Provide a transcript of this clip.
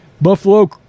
Buffalo